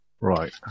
Right